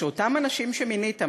שאותם אנשים שמינית,